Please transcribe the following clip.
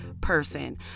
person